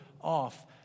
off